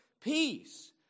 peace